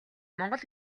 монгол